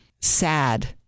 sad